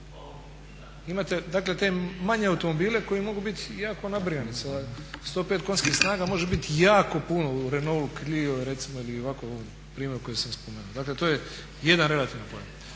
dakle te manje automobile koji mogu biti jako nabrijani sa 105 konjskih snaga može biti jako puno u Renault Clio recimo ili ovako primjer koji sam spomenuo. Dakle, to je jedan relativan pojam.